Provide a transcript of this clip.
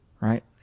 Right